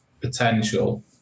potential